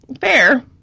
Fair